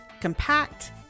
compact